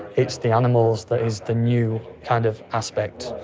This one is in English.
it's the animals that is the new kind of aspect.